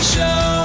Show